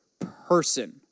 person